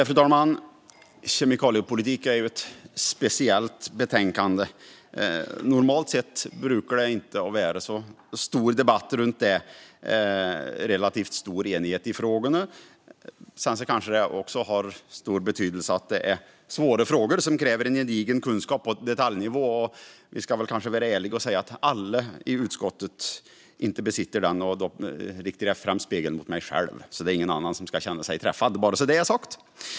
Fru talman! Kemikaliepolitik är ett speciellt betänkande. Det brukar inte vara någon större debatt om dessa frågor, utan det råder relativt stor enighet. Det kan ha betydelse att det är svåra frågor som kräver gedigen kunskap på detaljnivå, och vi kanske ska vara ärliga och säga att alla i utskottet inte besitter den. Här riktar jag spegeln främst mot mig själv, så ingen annan ska känna sig träffad.